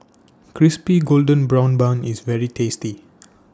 Crispy Golden Brown Bun IS very tasty